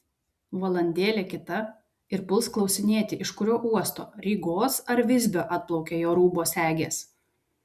valandėlė kita ir puls klausinėti iš kurio uosto rygos ar visbio atplaukė jo rūbo segės